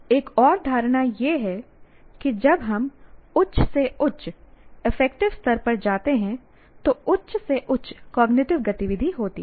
एक और धारणा यह है कि जब हम उच्च से उच्च अफेक्टिव स्तर पर जाते हैं तो उच्च से उच्च कॉग्निटिव गतिविधि होती है